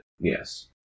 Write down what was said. Yes